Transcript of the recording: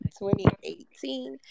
2018